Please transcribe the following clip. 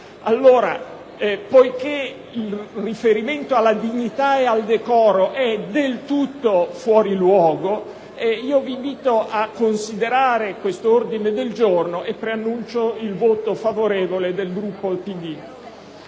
Allora, poiché il riferimento alla dignità e al decoro è del tutto fuori luogo, vi invito a considerare questo ordine del giorno e preannuncio il voto favorevole su di